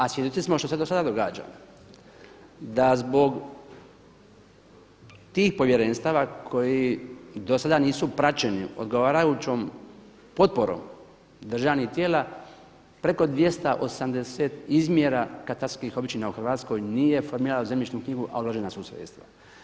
A svjedoci smo što se do sada događa da zbog tih povjerenstava koji do sada nisu praćeni odgovarajućom potporom državnih tijela, preko 280 izmjera katastarskih općina u Hrvatskoj nije formirano u zemljišnu knjigu, a uložena su sredstva.